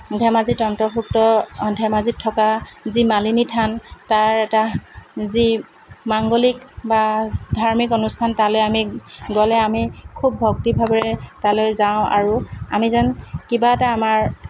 ধেমাজিত অন্তৰ্ভুক্ত ধেমাজিত থকা যি মালিনী থান তাৰ এটা যি মাংগলিক বা ধাৰ্মিক অনুষ্ঠান তালৈ আমি গ'লে আমি খুব ভক্তি ভাৱেৰে তালৈ যাওঁ আৰু আমি যেন কিবা এটা আমাৰ